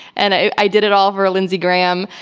and i did it all over lindsey graham.